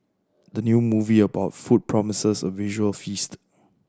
the new movie about food promises a visual feast